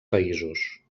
països